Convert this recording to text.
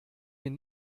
den